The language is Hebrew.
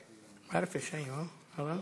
כבוד השרה, חברי